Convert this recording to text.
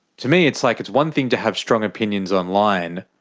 to me, it's like it's one thing to have strong opinions online.